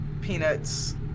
peanuts